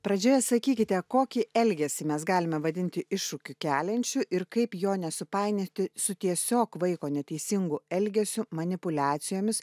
pradžioje sakykite kokį elgesį mes galime vadinti iššūkį keliančiu ir kaip jo nesupainioti su tiesiog vaiko neteisingu elgesiu manipuliacijomis